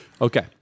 Okay